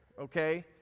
okay